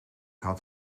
had